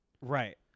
Right